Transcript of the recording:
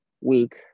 week